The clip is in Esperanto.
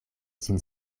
sin